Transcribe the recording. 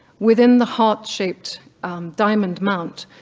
within the heart-shaped diamond mount,